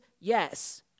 yes